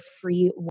free